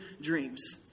dreams